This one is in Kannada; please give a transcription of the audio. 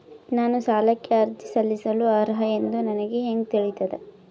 ನಾನು ಸಾಲಕ್ಕೆ ಅರ್ಜಿ ಸಲ್ಲಿಸಲು ಅರ್ಹ ಎಂದು ನನಗೆ ಹೆಂಗ್ ತಿಳಿತದ?